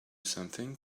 something